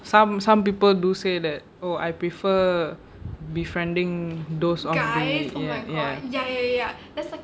some some people do say that oh I prefer befriending those on ya ya ya